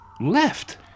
left